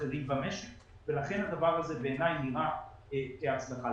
אחרים במשק ולכן הדבר הזה בעיניי נראה כהצלחה.